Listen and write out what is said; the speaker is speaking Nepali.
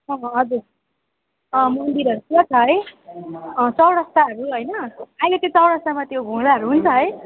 हजुर मन्दिरहरू पुरा छ है चौरस्ताहरू होइन अहिले त्यो चौरस्तामा त्यो घोडाहरू हुन्छ है